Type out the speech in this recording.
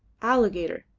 alligator,